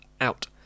out